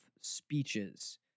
speeches